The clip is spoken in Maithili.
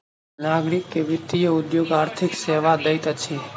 नागरिक के वित्तीय उद्योग आर्थिक सेवा दैत अछि